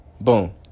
Boom